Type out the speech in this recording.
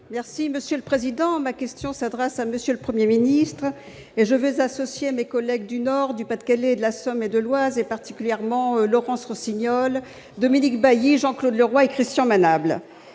socialiste et républicain. Ma question s'adresse à M. le Premier ministre, et j'y associe mes collègues du Nord, du Pas-de-Calais, de la Somme et de l'Oise, particulièrement Laurence Rossignol, Dominique Bailly, Jean-Claude Leroy et Christian Manable.